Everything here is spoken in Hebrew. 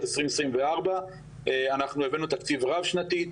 2024. אנחנו הבאנו תקציב רב שנתי,